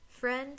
Friend